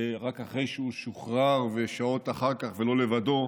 ורק אחרי שהוא שוחרר, שעות אחר כך, ולא לבדו,